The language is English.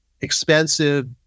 expensive